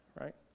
right